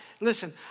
listen